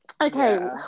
Okay